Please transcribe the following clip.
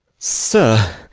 sir,